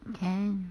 can